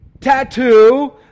tattoo